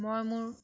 মই মোৰ